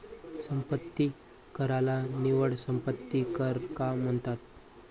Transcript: संपत्ती कराला निव्वळ संपत्ती कर का म्हणतात?